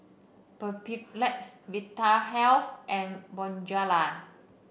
Vitahealth and Bonjela